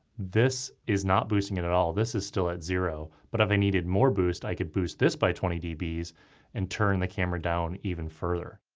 this is not boosting it at all. this is still at zero. but if i needed more boost i could boost this by twenty dbs and turn the camera down even further.